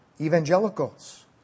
evangelicals